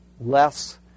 less